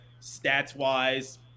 stats-wise